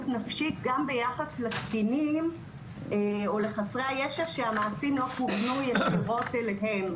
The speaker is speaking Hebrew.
נפשית גם ביחס לקטינים או לחסרי הישע שהמעשים לא כוונו ישירות אליהם.